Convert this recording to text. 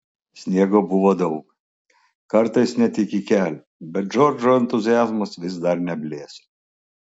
sniego buvo daug kartais net iki kelių bet džordžo entuziazmas vis dar neblėso